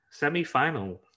semifinal